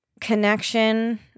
connection